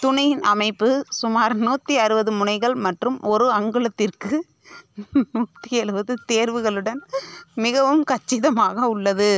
துணியின் அமைப்பு சுமார் நூற்றி அறுபது முனைகள் மற்றும் ஒரு அங்குலத்திற்கு நூற்றி எழுபது தேர்வுகளுடன் மிகவும் கச்சிதமாக உள்ளது